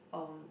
um